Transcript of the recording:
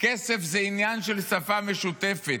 כסף זה עניין של שפה משותפת,